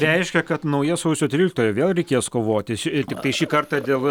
reiškia kad nauja sausio tryliktoji vėl reikės kovoti tiktai šį kartą dėl